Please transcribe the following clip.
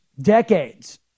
decades